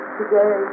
today